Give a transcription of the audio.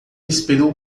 esperou